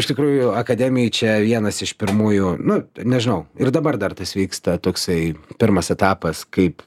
iš tikrųjų akademijoj čia vienas iš pirmųjų nu nežinau ir dabar dar tas vyksta toksai pirmas etapas kaip